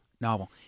Novel